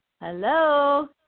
Hello